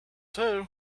too